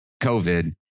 COVID